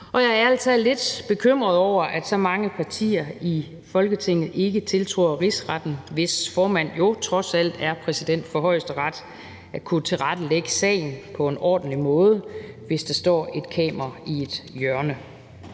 Og jeg er ærlig talt lidt bekymret over, at så mange partier i Folketinget ikke tiltror Rigsretten, hvis formand jo trods alt er præsident for Højesteret, at kunne tilrettelægge sagen på en ordentlig måde, hvis der står et kamera i et hjørne.